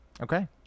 Okay